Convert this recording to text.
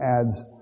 adds